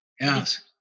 yes